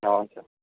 हुन्छ